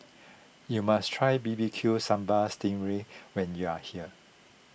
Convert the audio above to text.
you must try B B Q Sambal Sting Ray when you are here